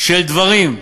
של דברים,